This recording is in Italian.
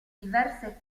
diverse